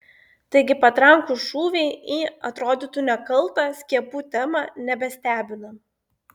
taigi patrankų šūviai į atrodytų nekaltą skiepų temą nebestebina